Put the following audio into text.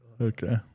Okay